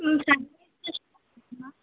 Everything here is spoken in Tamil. ம் சண்டேஸில் ஷாப் இருக்குமா